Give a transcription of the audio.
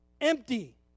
Empty